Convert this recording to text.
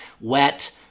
wet